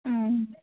ಹ್ಞೂ